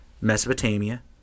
Mesopotamia